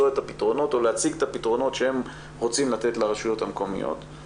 את הפתרונות או להציג את הפתרונות שהם רוצים לתת לרשויות המקומיות,